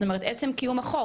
זאת אומרת, עצם קיום החוק.